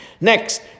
Next